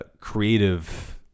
creative